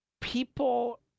people